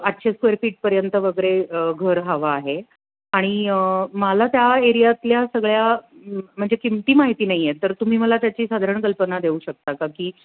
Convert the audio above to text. आठशे स्क्वेअर फीटपर्यंत वगैरे घर हवं आहे आणि माला त्या एरियातल्या सगळ्या म्हणजे किमती माहिती नाही आहे तर तुम्ही मला त्याची साधारण कल्पना देऊ शकता का की